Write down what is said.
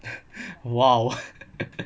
!wow!